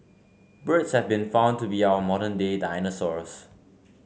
birds have been found to be our modern day dinosaurs